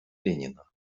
ленина